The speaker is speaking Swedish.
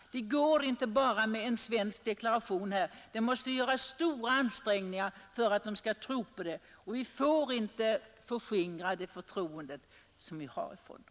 Det räcker inte bara att avge en svensk deklaration här, utan det måste också göras stora ansträngningar för att få dem att tro på den. Vi får inte förskingra det förtroende som vi har fått från dem!